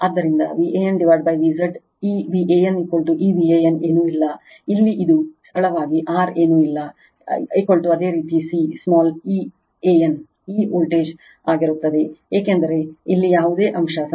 ಆದ್ದರಿಂದ V AN V Z ಈ V AN ಈ V AN ಏನೂ ಇಲ್ಲ ಇಲ್ಲಿ ಇದು ಸರಳವಾಗಿ r ಏನೂ ಇಲ್ಲ ಅದೇ ರೀತಿ C ಸ್ಮಾಲ್ ಈ an ಈ ವೋಲ್ಟೇಜ್ ಆಗುತ್ತದೆ ಏಕೆಂದರೆ ಇಲ್ಲಿ ಯಾವುದೇ ಅಂಶ ಸಂಪರ್ಕಗೊಂಡಿಲ್ಲ